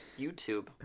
YouTube